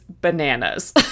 bananas